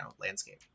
landscape